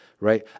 Right